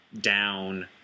down